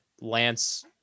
Lance